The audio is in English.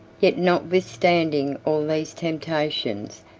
yet, notwithstanding all these temptations,